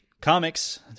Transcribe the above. comics